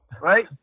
right